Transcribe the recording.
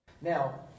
Now